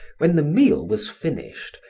when the meal was finished,